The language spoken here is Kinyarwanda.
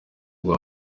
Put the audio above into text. bwa